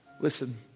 Listen